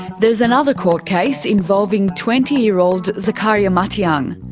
there is another court case involving twenty year old zacharia matiang.